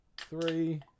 Three